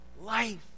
life